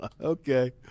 Okay